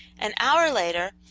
an hour later,